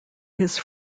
his